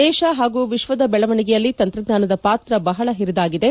ದೇಶ ಹಾಗೂ ವಿಶ್ವದ ಬೆಳವಣಿಗೆಯಲ್ಲಿ ತಂತ್ರಜ್ಞಾನ ಪಾತ್ರ ಬಹಳ ಹಿರಿದಾಗಿದೆ